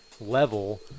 level